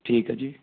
ਠੀਕ ਹੈ ਜੀ